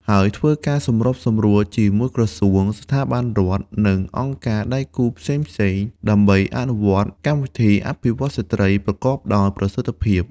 ហើយធ្វើការសម្របសម្រួលជាមួយក្រសួង ស្ថាប័នរដ្ឋ និងអង្គការដៃគូផ្សេងៗ ដើម្បីអនុវត្តកម្មវិធីអភិវឌ្ឍន៍ស្ត្រីប្រកបដោយប្រសិទ្ធភាព។